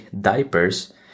diapers